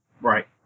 Right